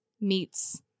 meets